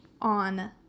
on